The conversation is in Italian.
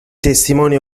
testimoni